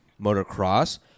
motocross